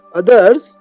others